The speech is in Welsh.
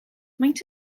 maent